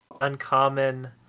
uncommon